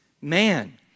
man